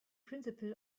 principle